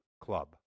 club